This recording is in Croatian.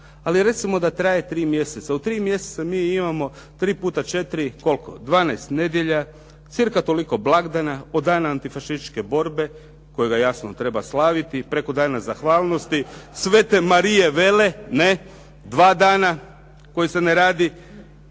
Ali recimo da traje tri mjeseca. U tri mjeseca mi imamo 3 puta 4, kolko, 12 nedjelja, cca toliko blagdana, od dana Antifašističke borbe kojega jasno treba slaviti, preko Dana zahvalnosti, Svete Marije Vele, dva dana koji se ne radi